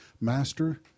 Master